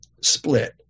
split